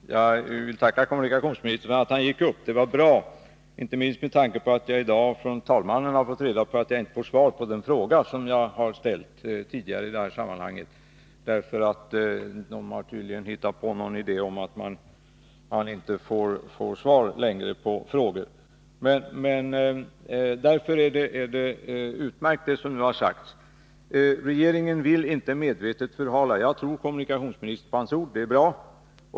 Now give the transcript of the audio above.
Herr talman! Jag tackar kommunikationsministern för att han gick upp i debatten. Det var bra, inte minst med tanke på att jag i dag från talmannen har fått reda på att jag inte får svar på den fråga jag tidigare ställt i detta sammanhang. Detta beror på att man tydligen inte får svar på frågor under återstoden av riksmötet. Därför är det alltså utmärkt att kommunikationsministern har sagt att regeringen inte medvetet vill förhala. Det är bra, och jag tror kommunikationsministern på hans ord.